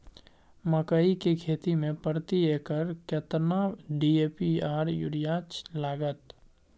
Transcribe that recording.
मकई की खेती में प्रति एकर केतना डी.ए.पी आर यूरिया लागत?